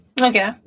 Okay